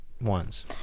ones